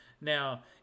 Now